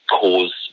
cause